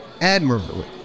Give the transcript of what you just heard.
admirably